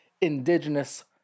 Indigenous